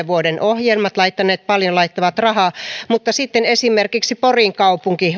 vuoden ohjelmat paljon laittavat rahaa mutta sitten esimerkiksi porin kaupunki